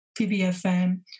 PBFM